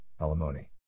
alimony